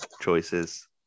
choices